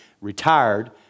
retired